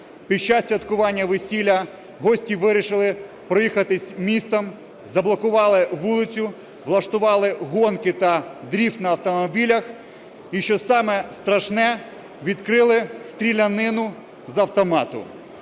Під час святкування весілля гості вирішили проїхатись містом, заблокували вулицю, влаштували гонки та дріфт на автомобілях, і, що саме страшне, відкрили стрілянину з автомату.